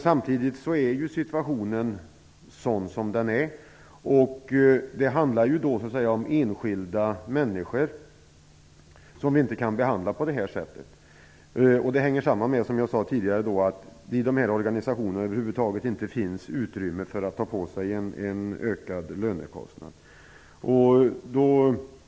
Samtidigt är situationen sådan den är. Det handlar ju om enskilda människor som vi inte kan behandla på det här sättet. Det hänger samman med att det i dessa organisationer över huvud taget inte finns utrymme för en ökad lönekostnad.